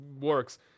works